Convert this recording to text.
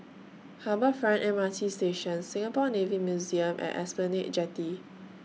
Harbour Front M R T Station Singapore Navy Museum and Esplanade Jetty